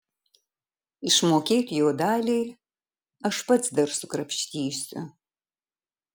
išmokėt jo daliai aš pats dar sukrapštysiu